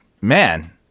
man